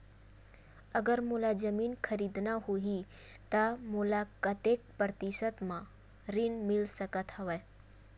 अगर मोला जमीन खरीदना होही त मोला कतेक प्रतिशत म ऋण मिल सकत हवय?